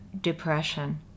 depression